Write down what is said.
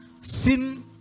sin